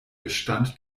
bestand